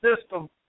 system